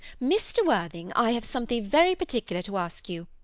mr. worthing, i have something very particular to ask you.